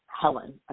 Helen